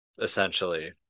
essentially